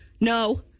No